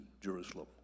Jerusalem